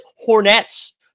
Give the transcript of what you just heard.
Hornets